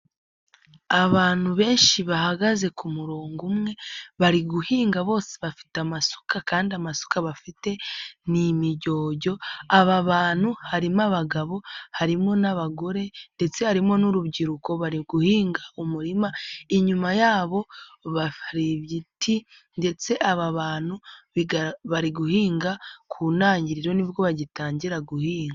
Abantu benshi bahagaze ku murongo umwe, bari guhinga bose bafite amasuka kandi amasuka bafite ni imijyojyo, aba bantu harimo abagabo, harimo n'abagore ndetse harimo n'urubyiruko bari guhinga umurima, inyuma yabo hari ibiti ndetse aba bantu bari guhinga ku ntangiriro ni bwo bagitangira guhinga.